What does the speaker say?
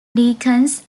deacons